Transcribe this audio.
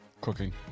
Cooking